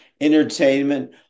entertainment